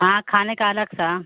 हाँ खाने का अलग सा